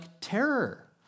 terror